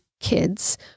kids